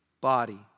body